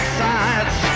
sides